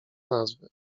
nazwy